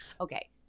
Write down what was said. Okay